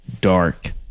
dark